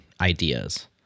ideas